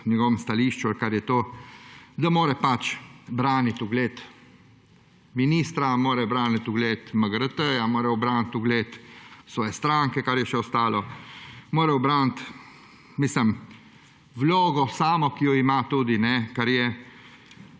njegovem stališču, da mora pač braniti ugled ministra, mora braniti ugled MGRT, mora braniti ugled svoje stranke, kar je je še ostalo, mora braniti tudi vlogo samo, ki jo ima, kar je.